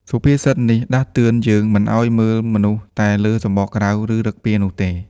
សុភាសិតនេះដាស់តឿនយើងមិនឱ្យមើលមនុស្សតែលើសម្បកក្រៅ ឬឫកពានោះទេ។